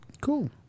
Cool